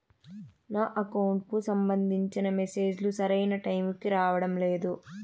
నా అకౌంట్ కు సంబంధించిన మెసేజ్ లు సరైన టైము కి రావడం లేదు